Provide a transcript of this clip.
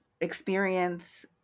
experience